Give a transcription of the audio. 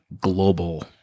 global